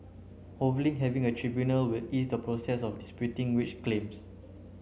having a tribunal will ease the process of disputing wage claims